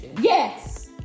Yes